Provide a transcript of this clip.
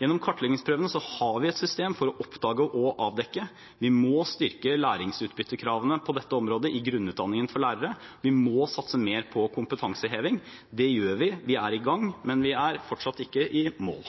Gjennom kartleggingsprøvene har vi et system for å oppdage og avdekke. Vi må styrke læringsutbyttekravene på dette området i grunnutdanningen for lærere, vi må satse mer på kompetanseheving. Det gjør vi, vi er i gang, men vi er fortsatt ikke i mål.